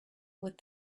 with